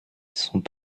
sont